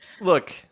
Look